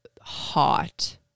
hot